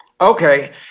okay